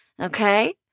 Okay